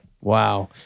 wow